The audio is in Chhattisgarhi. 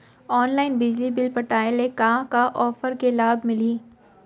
ऑनलाइन बिजली बिल पटाय ले का का ऑफ़र के लाभ मिलही?